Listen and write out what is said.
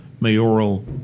mayoral